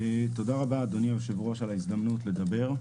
תודה רבה אדוני היושב ראש על ההזדמנות לדבר.